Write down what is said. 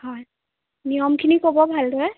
হয় নিয়মখিনি ক'ব ভালদৰে